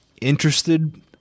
interested